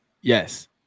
yes